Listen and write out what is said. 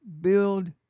build